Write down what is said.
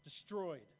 destroyed